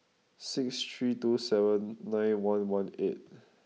six three two seven nine one one eight